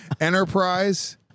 Enterprise